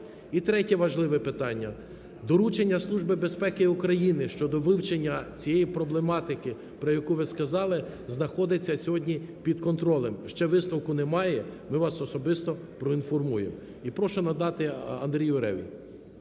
І третє, важливе питання. Доручення Служби безпеки України щодо вивчення цієї проблематики, про яку ви сказали знаходиться сьогодні під контролем. Ще висновку немає ми вас особисто проінформуємо. І прошу надати Андрію Реві.